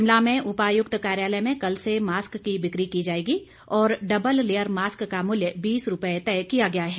शिमला में उपायुक्त कार्यालय में कल से मास्क की बिक्री की जाएगी और डबल लेयर मास्क का मूल्य बीस रुपए तय किया गया है